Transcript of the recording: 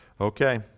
Okay